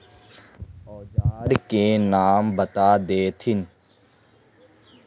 औजार के नाम बता देथिन?